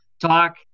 talk